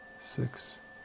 Six